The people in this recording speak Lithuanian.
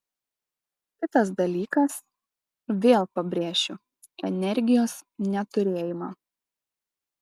kitas dalykas vėl pabrėšiu energijos neturėjimą